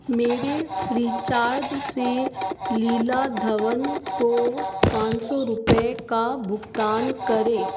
मेरे फ़्रीचार्ज से लीला धवन को पाँच सौ रुपये का भुगतान करें